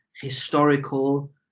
historical